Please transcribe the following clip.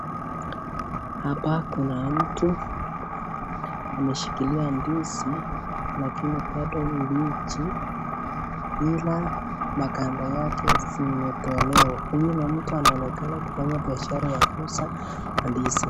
Hapa kuna mtu ameshikilia ndizi lakini bado ni mbichi ila maganda zake zimetolewa. Huyu ni mtu anaonekana kufanya biashara ya kuuza ndizi.